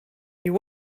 you